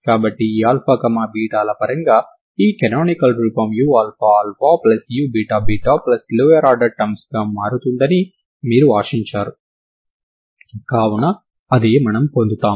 కాబట్టి ఈ ల పరంగా ఈ కనానికల్ రూపం uααu ββలోయర్ ఆర్డర్ టర్మ్స్ గా మారుతుందని మీరు ఆశించారు కావున అదే మనము పొందుతాము